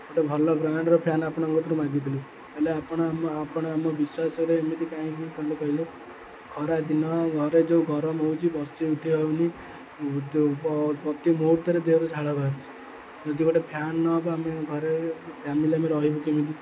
ଗୋଟେ ଭଲ ବ୍ରାଣ୍ଡ୍ର ଫ୍ୟାନ୍ ଆପଣଙ୍କ କତିରୁ ମାଗିଥିଲି ହେଲେ ଆପଣ ଆମ ଆପଣ ଆମ ବିଶ୍ୱାସରେ ଏମିତି କାହିଁକି କଲେ କହିଲେ ଖରା ଦିନ ଘରେ ଯେଉଁ ଗରମ ହେଉଛି ବସି ଉଠି ହେଉନି ପ୍ରତି ମୁହହୁର୍ତ୍ତରେ ଦେହରୁ ଝାଳ ବାହାରୁଛି ଯଦି ଗୋଟେ ଫ୍ୟାନ୍ ନ ହେବ ଆମେ ଘରେ ଫ୍ୟାମିଲି ଆମେ ରହିବୁ କେମିତି